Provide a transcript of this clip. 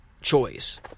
choice